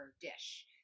dish